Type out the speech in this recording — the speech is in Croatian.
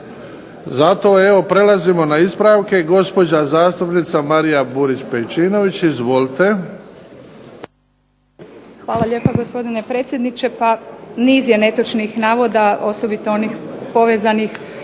evo prelazimo na ispravke. Gospođa zastupnica Marija Burić-Pejčinović. Izvolite.